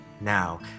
Now